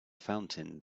fountain